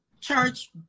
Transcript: church